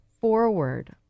forward